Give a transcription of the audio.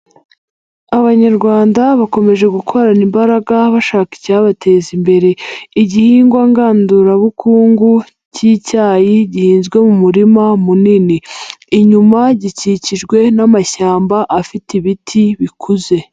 Abanyarwanda bakomeje gukorana imbaraga bashaka icyabateza imbere, igihingwa ngandurabukungu cy'icyayi gihinzwe mu murima munini, inyuma gikikijwe n'amashyamba afite ibiti bikuze.